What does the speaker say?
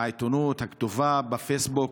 בעיתונות הכתובה, בפייסבוק,